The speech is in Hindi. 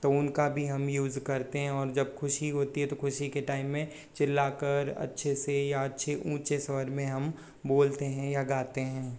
तो उनका भी हम यूज करते हैं और जब खुशी होती है तो खुशी के टाइम में चिल्ला कर अच्छे से या अच्छे ऊँचे स्वर में हम बोलते हैं या गाते हैं